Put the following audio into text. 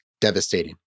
devastating